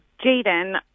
Jaden